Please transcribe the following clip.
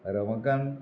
Ramakant